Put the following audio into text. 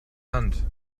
hand